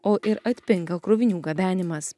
o ir atpinga krovinių gabenimas